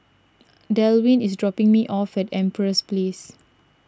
Delwin is dropping me off at Empress Place